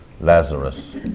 Lazarus